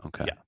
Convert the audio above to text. Okay